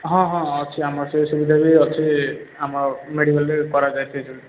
ହଁ ହଁ ଅଛି ଆମର ସେ ସୁବିଧା ବି ଅଛି ଆମର ମେଡ଼ିକାଲ୍ରେ କରାଯାଏ ସେ ସବୁ